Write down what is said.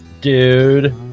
dude